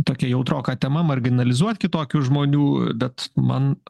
tokia jautroka tema marginalizuot kitokių žmonių bet man